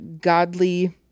godly